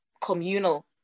communal